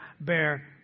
bear